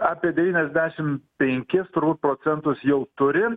apie devyniasdešim penkis turbūt procentus jau turi